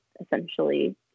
essentially